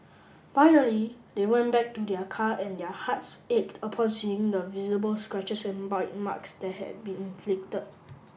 finally they went back to their car and their hearts ached upon seeing the visible scratches and bite marks that had been inflicted